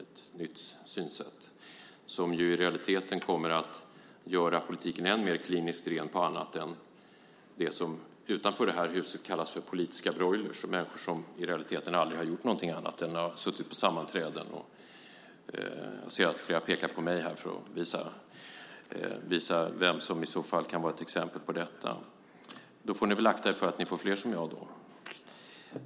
Det är ett nytt synsätt som i realiteten kommer att göra politiken än mer kliniskt ren på annat än det som utanför det här huset kallas för politiska broilrar, människor som i realiteten aldrig har gjort någonting annat än suttit på sammanträden. Jag ser att flera pekar på mig här för att visa vem som i så fall kan vara ett exempel på detta. Då får ni väl akta er för att ni får fler som jag.